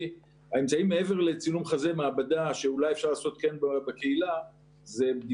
זה נכון.